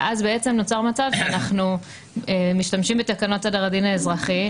נוצר מצב לפיו אנחנו משתמשים בתקנות סדר הדין האזרחי,